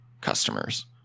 customers